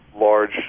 large